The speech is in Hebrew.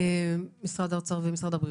משרד האוצר ומשרד הבריאות,